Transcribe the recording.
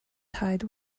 tied